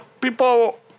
people